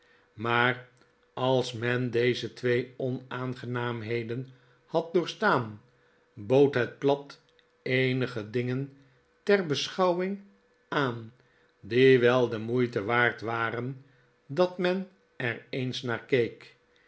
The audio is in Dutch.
maar als men deze twee onaangenaamheden had doorstaan bood het plat eenige dingen ter beschouwing aan die wel de moeite waard waren dat men er eens naar keek